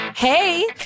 Hey